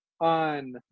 on